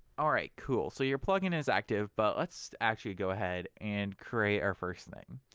alright cool so your plug-in is active but let's actually go ahead and create our first thing.